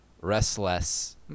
Restless